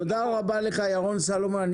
תודה רבה לך ירון סולומון.